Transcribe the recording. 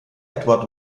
edward